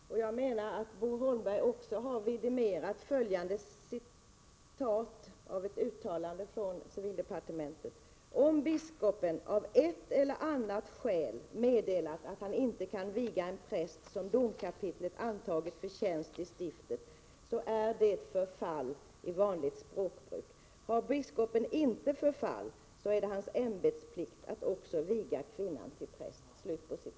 Herr talman! Tack, Bo Holmberg, om igen! Jag menar att Bo Holmberg också har vidimerat följande citat ur ett uttalande från civildepartementet: ”Om biskopen av ett eller annat skäl meddelat att han inte kan viga en präst som domkapitlet antagit till tjänst i stiftet, så är det förfall i vanligt språkbruk. Har biskopen inte förfall, är det hans ämbetsplikt att också viga kvinnan till präst.”